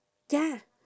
ya